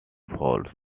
falls